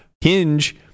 Hinge